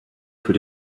für